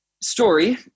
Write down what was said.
story